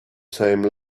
same